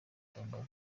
tombola